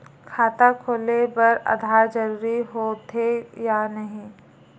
खाता खोले बार आधार जरूरी हो थे या नहीं?